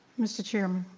mr. chairman.